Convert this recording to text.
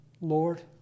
Lord